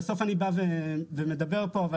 לגמרי, בסוף אני בא ומדבר פה.